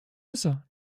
amazon